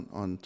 on